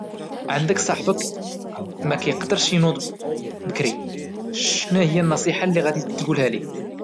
عندك صاحبك مكيقدرش انوض بكري شنو هي النصيحة اللي غادي تقولها له؟